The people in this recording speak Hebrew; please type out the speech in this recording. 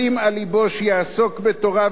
שיעסוק בתורה ולא יעשה מלאכה,